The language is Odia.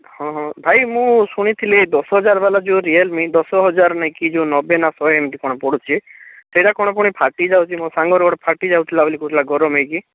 ହଁ ହଁ ଭାଇ ମୁଁ ଶୁଣିଥିଲି ଏ ଦଶ ହଜାର ବାଲା ଯେଉଁ ରିଏଲମି ଦଶ ହଜାର ନେଇକି ଯେଉଁ ନବେ ନା ଶହେ ଏମିତି କ'ଣ ପଡ଼ୁଛି ସେଇଟା କ'ଣ ପୁଣି ଫାଟି ଯାଉଛି ମୋ ସାଙ୍ଗର ଗୋଟେ ଫାଟି ଯାଉଥିଲା ବୋଲି କହୁଥିଲା ଗରମ ହେଇକି